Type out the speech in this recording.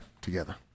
together